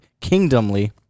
kingdomly